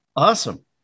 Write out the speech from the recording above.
Awesome